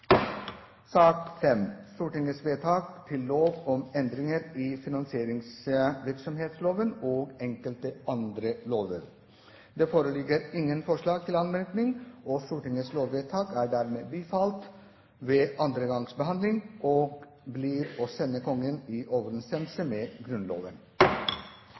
til anmerkning. Stortingets lovvedtak er dermed bifalt ved andre gangs behandling og blir å sende Kongen i overensstemmelse med Grunnloven. Det foreligger ingen forslag til anmerkning. Stortingets lovvedtak er dermed bifalt ved andre gangs behandling og blir å sende Kongen i overensstemmelse med Grunnloven.